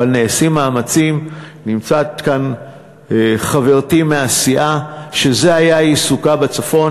אבל נעשים מאמצים נמצאת כאן חברתי מהסיעה שזה היה עיסוקה בצפון,